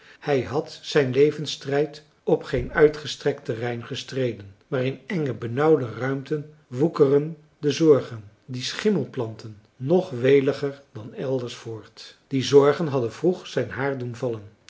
hij had zijn levensstrijd op geen uitgestrekt terrein gestreden maar in enge benauwde ruimten woekeren de zorgen die schimmelplanten nog weliger dan elders voort die zorgen hadden vroeg zijn haar doen vallen